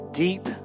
Deep